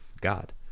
God